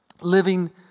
living